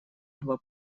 два